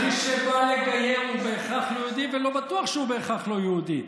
מי שבא להתגייר לא בטוח שהוא בהכרח לא יהודי.